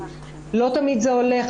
לא תמיד זה הולך,